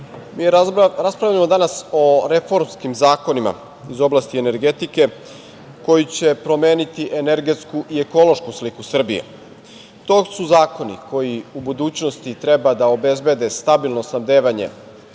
mi raspravljamo danas o reformskim zakonima iz oblasti energetike, koji će promeniti energetsku i ekološku sliku Srbije. To su zakoni koji u budućnosti treba da obezbede stabilno snabdevanje